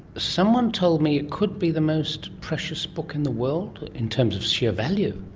someone told me it could be the most precious book in the world in terms of sheer value.